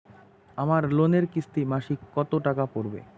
আমার লোনের কিস্তি মাসিক কত টাকা পড়বে?